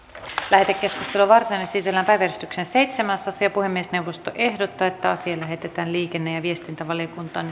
lähetekeskustelua varten esitellään päiväjärjestyksen seitsemäs asia puhemiesneuvosto ehdottaa että asia lähetetään liikenne ja viestintävaliokuntaan